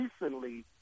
recently